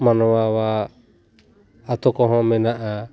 ᱢᱟᱱᱣᱟᱣᱜ ᱟᱛᱳ ᱠᱚᱦᱚᱸ ᱢᱮᱱᱟᱜᱼᱟ